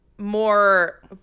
more